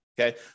Okay